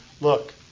look